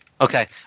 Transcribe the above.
Okay